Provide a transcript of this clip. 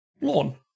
Lawn